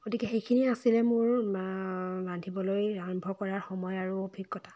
গতিকে সেইখিনিয়ে আছিলে মোৰ ৰান্ধিবলৈ আৰম্ভ কৰা সময় আৰু অভিজ্ঞতা